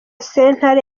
sentare